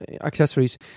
accessories